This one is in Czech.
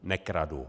Nekradu.